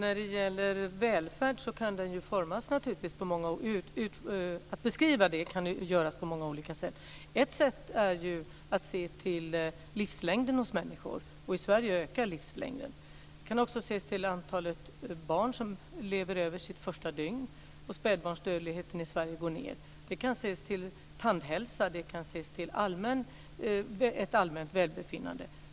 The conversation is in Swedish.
Fru talman! Välfärd kan beskrivas på många olika sätt. Ett sätt är att se till livslängden hos människor. I Sverige ökar livslängden. Man kan också se till antalet barn som överlever sitt första dygn. Spädbarnsdödligheten i Sverige går ned. Man kan se till tandhälsa. Man kan se till ett allmänt välbefinnande.